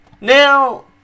Now